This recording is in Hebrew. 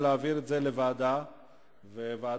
בתים של בדואים ומשאירים את הילדים יושבים על החורבות.